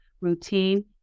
routine